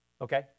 Okay